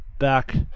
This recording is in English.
back